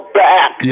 back